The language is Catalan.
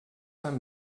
han